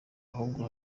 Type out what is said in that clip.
ahubwo